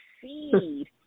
seed